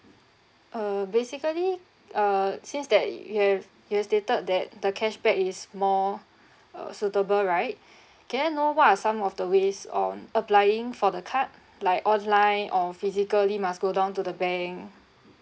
uh basically uh since that you have you've stated that the cashback is more uh suitable right can I know what are some of the ways on applying for the card like online or physically must go down to the bank